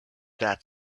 that